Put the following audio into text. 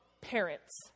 parents